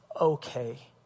okay